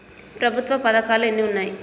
ప్రభుత్వ పథకాలు ఎన్ని ఉన్నాయి?